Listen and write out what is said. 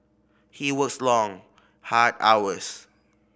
he works long hard hours